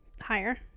Higher